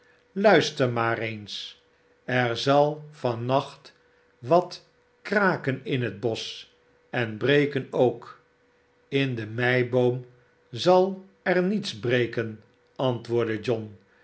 luister maar eens er zal van nacht wat kraken in het bosch en breken k in de meiboom zal er niets breken antwoordde john